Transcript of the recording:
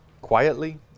quietly